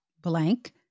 blank